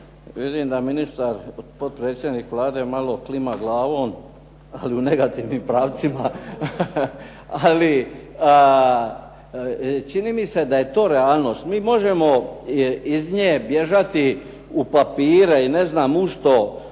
Vidim da ministar potpredsjednik Vlade malo klima glavom ali u negativnim pravcima, ali čini mi se da je to realnost. Mi možemo iz nje bježati u papire i ne znam u što,